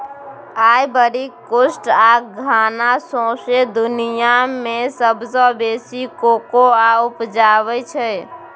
Ivory Coast आ Ghana सौंसे दुनियाँ मे सबसँ बेसी कोकोआ उपजाबै छै